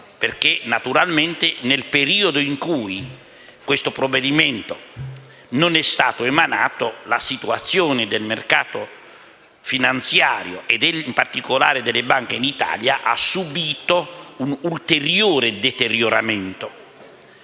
perché, naturalmente, nel periodo in cui non è stato emanato la situazione del mercato finanziario e, in particolare, delle banche in Italia ha subìto un ulteriore deterioramento.